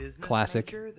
classic